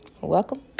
welcome